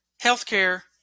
healthcare